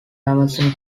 amazon